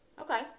okay